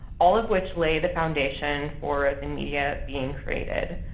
all of which lay the foundation for the media being created.